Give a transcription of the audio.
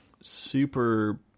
super